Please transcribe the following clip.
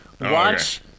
Watch